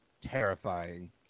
Terrifying